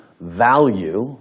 value